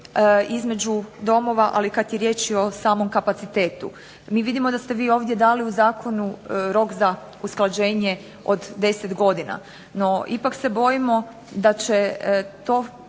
između domova, ali i kad je riječ o samom kapacitetu. Mi vidimo da ste vi ovdje dali u zakonu rok za usklađenje od 10 godina, no ipak se bojimo da će